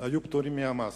יהיו פטורים מהמס.